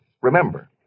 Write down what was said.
Remember